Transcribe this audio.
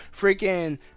freaking